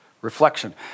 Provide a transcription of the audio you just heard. reflection